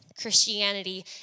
Christianity